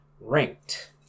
Ranked